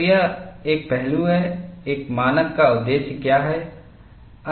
तो यह एक पहलू है एक मानक का उद्देश्य क्या है